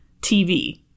TV